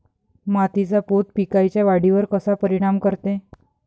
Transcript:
मातीचा पोत पिकाईच्या वाढीवर कसा परिनाम करते?